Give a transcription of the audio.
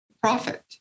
profit